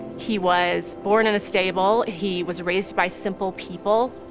he was born in a stable, he was raised by simple people.